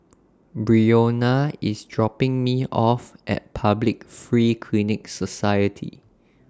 Brionna IS dropping Me off At Public Free Clinic Society